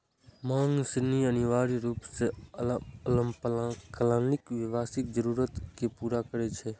मांग ऋण अनिवार्य रूप सं अल्पकालिक व्यावसायिक जरूरत कें पूरा करै छै